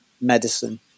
medicine